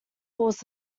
horse